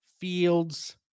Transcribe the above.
Fields